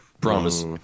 promise